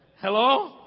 Hello